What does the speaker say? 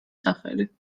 სახელი